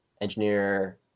engineer